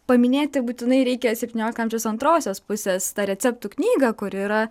paminėti būtinai reikia septyniolikto amžiaus antrosios pusės tą receptų knygą kuri yra